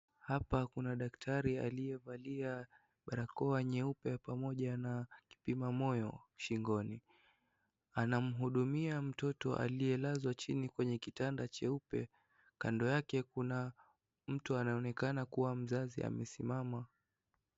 Hapa kuna daktari aliyevalia barakoa nyeupe pamoja na kipima moyo shingoni. Anamhudumia mtoto aliyelazwa chini kwenye kitanda cheupe. Kando yake kuna mtu anaonekana kuwa mzazi amesimama.